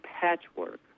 patchwork